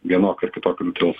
vienokių ar kitokių tos